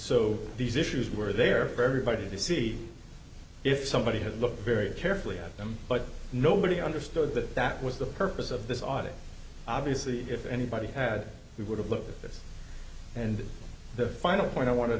so these issues were there for everybody to see if somebody had looked very carefully at them but nobody understood that that was the purpose of this audit obviously if anybody had we would have looked at this and the final point i wanted